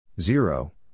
zero